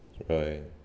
right